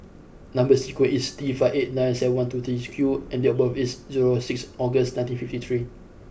number sequence is T five eight nine seven one two three Q and date of birth is sixth August nineteen fifty three